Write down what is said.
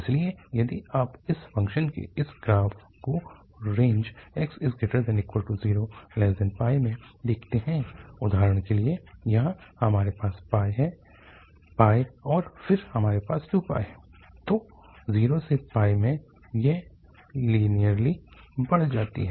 इसलिए यदि आप इस फ़ंक्शन के इस ग्राफ़ को रेंज 0≤x में देखते हैं उदाहरण के लिए यहाँ हमारे पास है और फिर हमारे पास 2 है तो 0 से में यह लीनियरली बढ़ जाती है